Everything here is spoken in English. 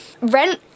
Rent